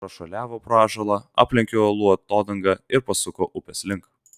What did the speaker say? prašuoliavo pro ąžuolą aplenkė uolų atodangą ir pasuko upės link